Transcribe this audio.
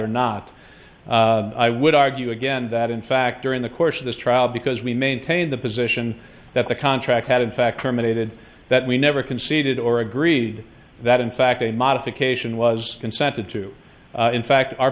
or not i would argue again that in fact during the course of this trial because we maintained the position that the contract had in fact terminated that we never conceded or agreed that in fact a modification was consented to in fact our